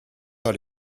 pas